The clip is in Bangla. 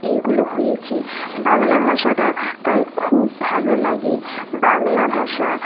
এইগুলো হয়েছে বাংলা ভাষাটা তাই খুব ভালো লাগে বাংলা ভাষা